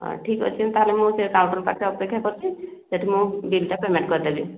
ହଁ ଠିକ ଅଛି ମୁଁ ତାହାଲେ ମୁଁ ସେ କାଉଣ୍ଟର୍ ପାଖରେ ଅପେକ୍ଷା କରିଛି ସେଠି ମୁଁ ବିଲ୍ଟା ପେମେଣ୍ଟ୍ କରିଦେବି